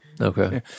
okay